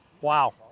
Wow